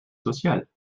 sociale